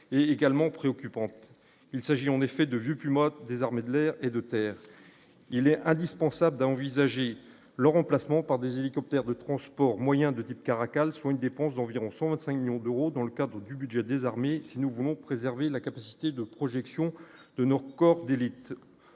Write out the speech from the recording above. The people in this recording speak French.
est également préoccupante, il s'agit en effet de vue plus mode des armées de l'air et de terre, il est indispensable d'envisager l'remplacement par des hélicoptères de transport moyen de type Caracal, soit une dépense d'environ 125 millions d'euros dans le cadre du budget des armées si nous voulons préserver la capacité de projection de nos corps d'élite